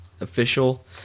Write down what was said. Official